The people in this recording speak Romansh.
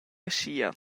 aschia